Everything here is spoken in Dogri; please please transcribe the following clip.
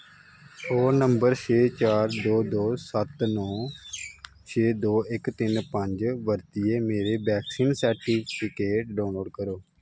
फोन नंबर छे चार दो दो सत्त नौ छे दो इक तिन्न पंज बरतियै मेरे वैक्सीन सर्टिफिकेट डाउनलोड करो